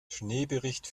schneebericht